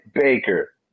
Baker